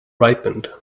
ripened